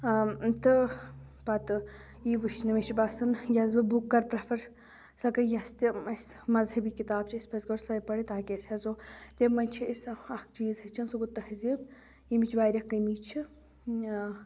تہٕ پَتہٕ یی وٕچھنہٕ مےٚ چھِ باسان یۄس بہٕ بُک کَرٕ پرٛیٚفَر سۄ گٔے یۄس تہِ اَسہِ مَذہبی کِتاب چھِ اَسہِ پَزِ گۄڈٕ سوے پَرٕنۍ تاکہ أسۍ ہٮ۪ژو تیٚمہِ منٛز چھِ أسۍ اَکھ چیٖز ہیٚچھان سُہ گوٚو تہذیٖب ییٚمِچ واریاہ کٔمی چھِ